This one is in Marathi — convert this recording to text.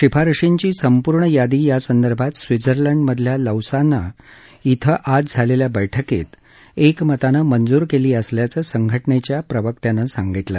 शिफारशींची संपूर्ण यादी यासंदर्भात स्वित्झर्लंडमधल्या लौसाने इथं आज झालेल्या बैठकीत एकमतानं मंजूर केली असल्याचं संघटनेच्या प्रवक्त्यानं सांगितलं